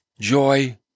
joy